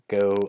go